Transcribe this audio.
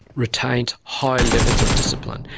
retains high levels of discipline.